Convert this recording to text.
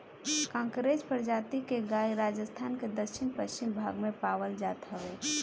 कांकरेज प्रजाति के गाई राजस्थान के दक्षिण पश्चिम भाग में पावल जात हवे